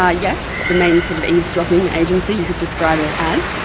ah yes, the main sort of eavesdropping agency, you could describe it as.